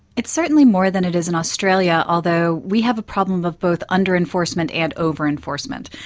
it certainly more than it is in australia, although we have a problem of both under-enforcement and over-enforcement.